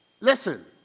Listen